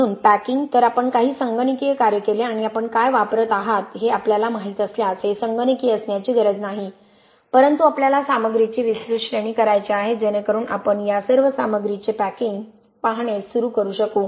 म्हणून पॅकिंग तर आपण काही संगणकीय कार्य केले आणि आपण काय वापरत आहात हे आपल्याला माहित असल्यास हे संगणकीय असण्याची गरज नाही परंतु आपल्याला सामग्रीची विस्तृत श्रेणी करायची आहे जेणेकरून आपणया सर्व सामग्रीचे पॅकिंग पाहणे सुरू करू शकू